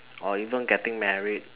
or even getting married